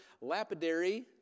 lapidary